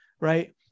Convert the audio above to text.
Right